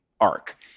arc